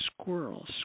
squirrels